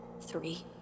Three